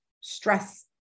stress